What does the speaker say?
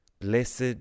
Blessed